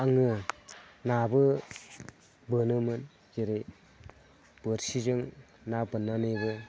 आङो नाबो बोनोमोन जेरै बोरसिजों ना बोननानैनो